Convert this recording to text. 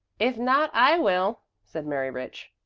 if not, i will, said mary rich.